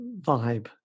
vibe